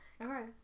Okay